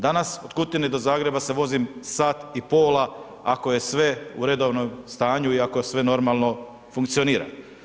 Danas od Kutine do Zagreba se vozim sat i pola, ako je sve u redovnom stanju i ako sve normalno funkcionira.